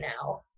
now